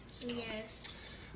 Yes